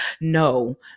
No